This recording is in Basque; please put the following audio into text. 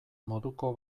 moduko